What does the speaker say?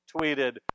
tweeted